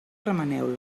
remeneu